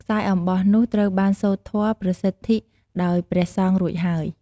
ខ្សែអំបោះនោះត្រូវបានសូត្រធម៌ ប្រសិទ្ធីដោយព្រះសង្ឃរួចហើយ។